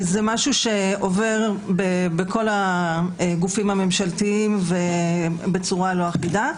זה משהו שעובר בכל הגופים הממשלתיים ובצורה לא אחידה.